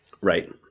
Right